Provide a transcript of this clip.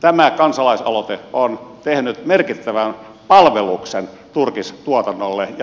tämä kansalaisaloite on tehnyt merkittävän palveluksen turkistuotannolle ja eläinsuojelulle